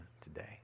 today